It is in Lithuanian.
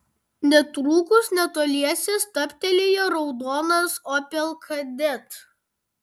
netrukus netoliese stabtelėjo raudonas opel kadett